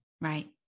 Right